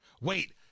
Wait